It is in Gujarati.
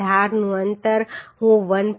ધારનું અંતર હું 1